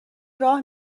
راه